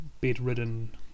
bedridden